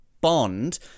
bond